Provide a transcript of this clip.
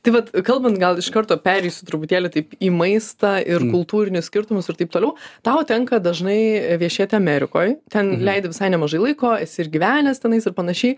tai vat kalbant gal iš karto pereisiu truputėlį taip į maistą ir kultūrinius skirtumus ir taip toliau tau tenka dažnai viešėti amerikoj ten leidi visai nemažai laiko esi ir gyvenęs tenais ir panašiai